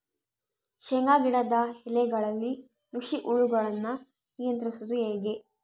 ಶೇಂಗಾ ಗಿಡದ ಎಲೆಗಳಲ್ಲಿ ನುಷಿ ಹುಳುಗಳನ್ನು ನಿಯಂತ್ರಿಸುವುದು ಹೇಗೆ?